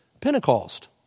Pentecost